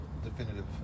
Definitive